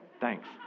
thanks